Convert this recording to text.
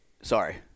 sorry